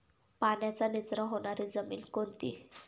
पाण्याचा निचरा होणारी जमीन कोणती?